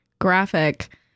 Graphic